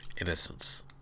Innocence